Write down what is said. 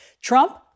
Trump